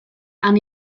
han